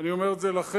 אני אומר את זה לכם,